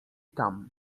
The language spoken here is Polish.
tam